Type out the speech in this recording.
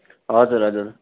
हजुर हजुर